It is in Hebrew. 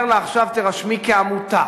אומר לה: עכשיו תירשמי כעמותה.